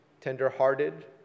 tender-hearted